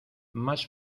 más